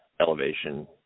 elevation